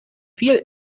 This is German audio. viel